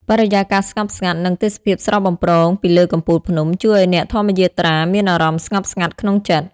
បរិយាកាសស្ងប់ស្ងាត់ និងទេសភាពស្រស់បំព្រងពីលើកំពូលភ្នំ ជួយឲ្យអ្នកធម្មយាត្រាមានអារម្មណ៍ស្ងប់ស្ងាត់ក្នុងចិត្ត។